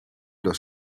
das